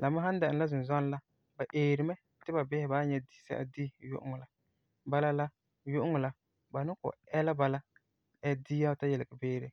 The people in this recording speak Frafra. La me san dɛna la zunzɔnɔ la ba eeri mɛ ti ba bisɛ na wan nyɛ di sɛla di yu'uŋɔ la, bala yu'uŋɔ la ba ni kɔ'ɔm ɛ la bala, ɛ di ta yilegɛ beere.